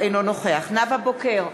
אינו נוכח נאוה בוקר,